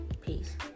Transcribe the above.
Peace